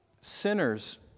sinners